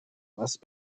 must